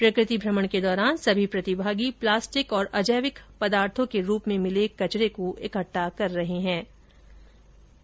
प्रकृति भ्रमण के दौरान सभी प्रतिभागी प्लास्टिक और अजैविक पदार्थो के रूप में मिले कचरे को इकट्टा करेंगे